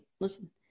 listen